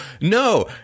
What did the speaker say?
no